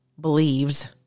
believes